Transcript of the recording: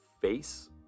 face